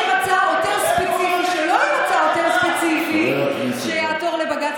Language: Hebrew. אם לא יימצא עותר ספציפי שיעתור לבג"ץ,